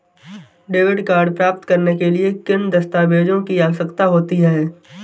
Debit card प्राप्त करने के लिए किन दस्तावेज़ों की आवश्यकता होती है?